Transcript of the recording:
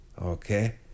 Okay